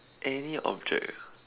any object ah